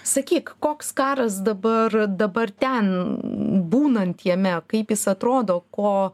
sakyk koks karas dabar dabar ten būnant jame kaip jis atrodo ko